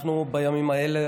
אנחנו בימים האלה